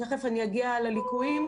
תכף אני אגיע לליקויים,